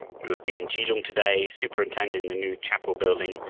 he would be in kelung to-day superintending the new chapel building,